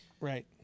Right